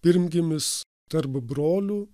pirmgimis tarp brolių